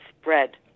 spread